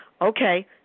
okay